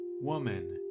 Woman